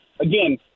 again